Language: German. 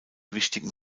wichtigen